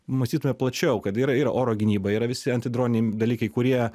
mąstytume plačiau kad yra ir oro gynyba yra visi antidroniniai dalykai kurie